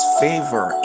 favor